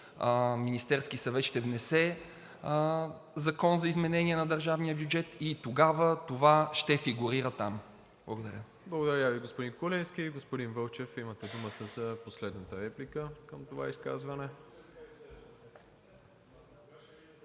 Министерският съвет ще внесе Закон за изменение на държавния бюджет и тогава това ще фигурира там. Благодаря. ПРЕДСЕДАТЕЛ МИРОСЛАВ ИВАНОВ: Благодаря Ви, господин Куленски. Господин Вълчев, имате думата за последната реплика към това изказване.